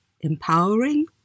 empowering